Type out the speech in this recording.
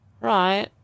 Right